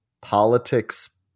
Politics